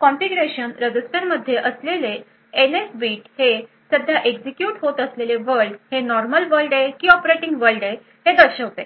configuration रजिस्टरमध्ये असलेले NS bit हे सध्या एक्झिक्युट होत असलेले वर्ल्ड हे नॉर्मल वर्ल्ड आहे कि ऑपरेटिंग वर्ल्ड आहे हे दर्शवते